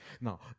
Now